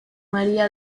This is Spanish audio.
maría